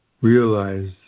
realize